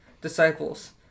disciples